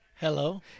Hello